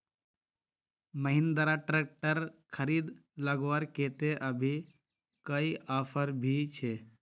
Mahindra tractor खरीद लगवार केते अभी कोई ऑफर भी छे?